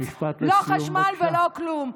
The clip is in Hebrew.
לא חשמל ולא כלום.